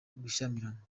gushyamirana